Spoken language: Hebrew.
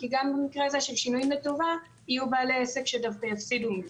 כי גם במקרה הזה של שינויים לטובה יהיו בעלי עסק שדווקא יפסידו מזה.